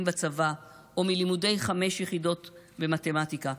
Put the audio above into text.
בצבא או מלימודי חמש יחידות במתמטיקה?